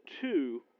two